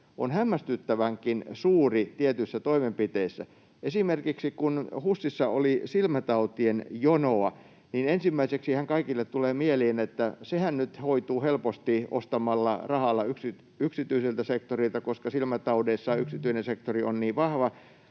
on hämmästyttävänkin suuri tietyissä toimenpiteissä. Esimerkiksi kun HUSissa oli silmätautien jonoa, niin ensimmäiseksihän kaikille tulee mieleen, että sehän nyt hoituu helposti ostamalla rahalla yksityiseltä sektorilta, koska silmätaudeissa yksityinen sektori on niin vahva,